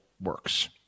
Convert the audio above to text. works